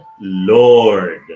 Lord